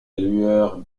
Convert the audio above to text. lueur